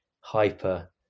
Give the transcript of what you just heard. hyper